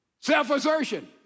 Self-assertion